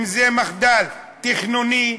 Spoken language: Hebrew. אם מחדל תכנוני,